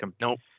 Nope